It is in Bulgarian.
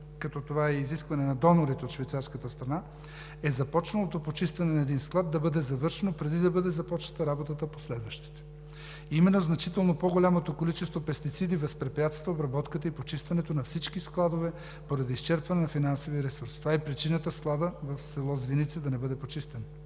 като това е изискване на донорите от швейцарската страна, е започналото почистване на един склад да бъде завършено преди да бъде започната работата по следващите. Именно значително по-голямото количество пестициди възпрепятства обработката и почистването на всички складове поради изчерпване на финансовия ресурс. Това е причината складът в село Звиница да не бъде почистен.